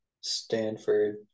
Stanford